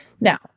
Now